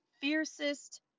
fiercest